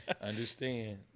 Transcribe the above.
understand